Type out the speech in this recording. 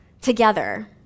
together